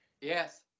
Yes